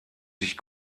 sich